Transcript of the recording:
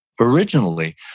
Originally